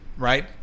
Right